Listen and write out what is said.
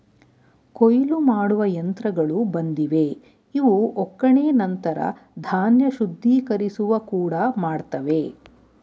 ಕೊಯ್ಲು ಮಾಡುವ ಯಂತ್ರಗಳು ಬಂದಿವೆ ಇವು ಒಕ್ಕಣೆ ನಂತರ ಧಾನ್ಯ ಶುದ್ಧೀಕರಿಸುವ ಕೂಡ ಮಾಡ್ತವೆ